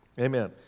Amen